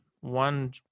one